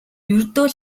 ердөө